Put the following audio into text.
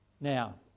Now